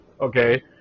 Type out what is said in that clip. Okay